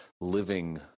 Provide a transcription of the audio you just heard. living